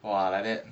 !wah! like that